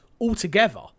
altogether